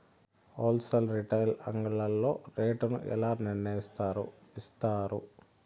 Whole sale retail అంగడ్లలో rate ను ఎలా నిర్ణయిస్తారు యిస్తారు?